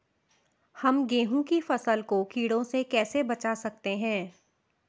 हम गेहूँ की फसल को कीड़ों से कैसे बचा सकते हैं?